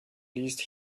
least